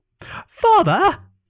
Father